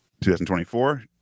2024